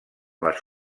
les